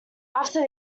after